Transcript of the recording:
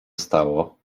stało